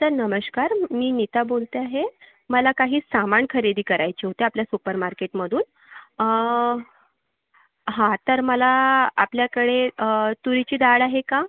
sir नमस्कार मी नीता बोलते आहे मला काही सामान खरेदी करायचे होते आपल्या सुपर मार्केटमधून हा तर मला आपल्याकडे तुरीची डाळ आहे का